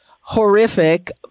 horrific